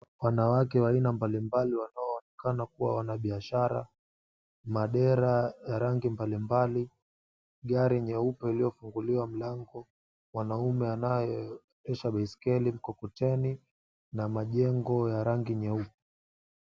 Wanawake wa aina mbalimbali wanao onekana kuwa wanabiashara, madera ya rangi mbalimbali, gari nyeupe iliyofunguliwa mlango, mwanaume anayeendesha baiskeli, mkokoteni na majengo ya rangi nyeupe.